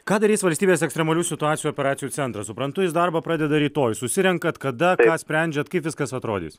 ką darys valstybės ekstremalių situacijų operacijų centras suprantu jis darbą pradeda rytoj susirenkat kada ką sprendžiat kaip viskas atrodys